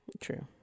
True